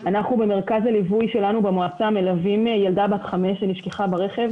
אנחנו במרכז הליווי שלנו במועצה מלווים ילדה בת חמש שנשכחה ברכב.